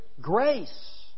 grace